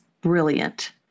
brilliant